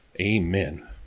Amen